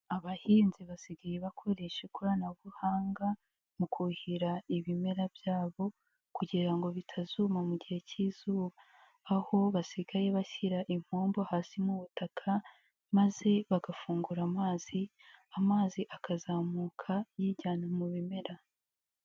Abahinzi basigaye bakoresha ikoranabuhanga mu kuhira ibimera byabo kugira bitazuma mu gihe cy'izuba, aho basigaye bashyira impombo hasi nk'ubutaka maze bagafungura amazi amazi akazamuka yijyana mu bimera.